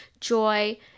joy